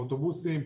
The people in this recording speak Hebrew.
האוטובוסים,